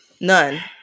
None